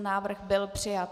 Návrh byl přijat.